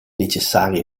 necessari